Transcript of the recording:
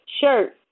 shirt